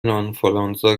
آنفولانزا